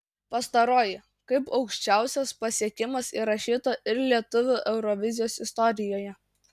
pastaroji kaip aukščiausias pasiekimas įrašyta ir lietuvių eurovizijos istorijoje